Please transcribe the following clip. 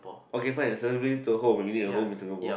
okay fine accessibility to a home give me a home in Singapore